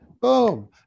boom